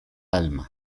alma